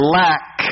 lack